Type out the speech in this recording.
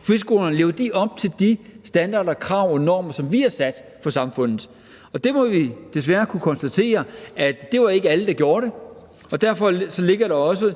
friskolerne lever op til de standarder, krav og normer, som vi har sat for samfundet. Der må vi desværre konstatere, at det ikke var alle, der gjorde det, og derfor ligger der også